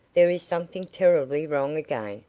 there is something terribly wrong again,